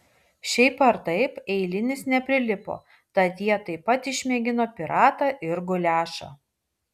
šiaip ar taip eilinis neprilipo tad jie taip pat išmėgino piratą ir guliašą